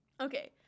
Okay